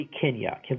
Kenya